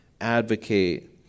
advocate